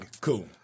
cool